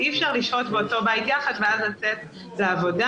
אי-אפשר לשהות יחד באותו בית ואז לצאת לעבודה,